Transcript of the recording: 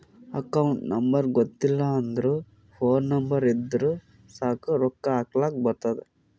account number ಗೊತ್ತಿಲ್ಲ ಅಂದುರ್ phone number ಇದ್ದುರ್ ಸಾಕ್ ರೊಕ್ಕಾ ಹಾಕ್ಲಕ್ ಬರ್ತುದ್